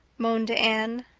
moaned anne.